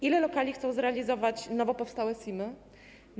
Ile lokali chcą zrealizować nowo powstałe SIM-y?